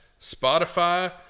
Spotify